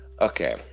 Okay